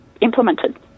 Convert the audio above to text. implemented